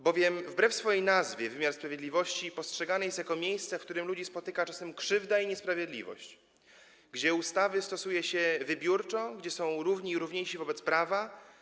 bowiem wbrew swojej nazwie wymiar sprawiedliwości postrzegany jest jako miejsce, w którym ludzi spotyka czasem krzywda i niesprawiedliwość, gdzie ustawy stosuje się wybiórczo, gdzie są równi i równiejsi wobec prawa.